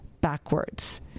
Backwards